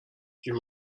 you